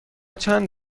چند